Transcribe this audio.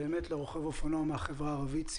לרוכב אופנוע מהחברה הערבית באמת יש